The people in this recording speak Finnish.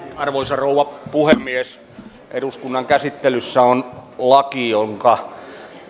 arvoisa rouva puhemies eduskunnan käsittelyssä on laki jonka